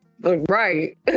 Right